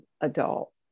adult